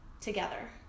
together